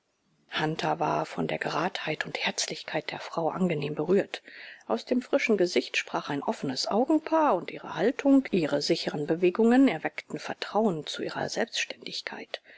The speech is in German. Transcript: war von der geradheit und herzlichkeit der frau angenehm berührt aus dem frischen gesicht sprach ein offenes augenpaar und ihre haltung ihre sicheren bewegungen erweckten vertrauen zu ihrer selbständigkeit